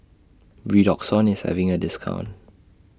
Redoxon IS having A discount